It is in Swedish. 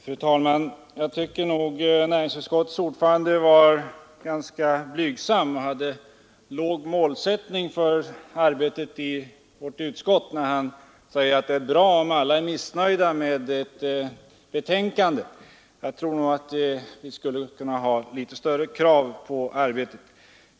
Fru talman! Jag tycker att näringsutskottets ordförande var ganska blygsam och hade låg målsättning för arbetet i vårt utskott när han sade att det är bra om alla är missnöjda med ett betänkande. Vi skulle nog kunna ha litet större krav på arbetet.